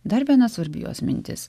dar viena svarbi jos mintis